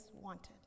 wanted